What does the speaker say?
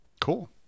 Cool